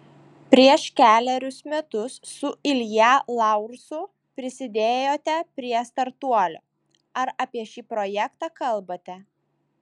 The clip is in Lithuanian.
prieš kelerius metus su ilja laursu prisidėjote prie startuolio ar apie šį projektą kalbate